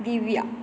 ದಿವ್ಯ